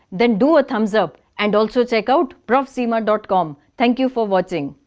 then do a thumbs up and also check out profseema and com. thank you for watching.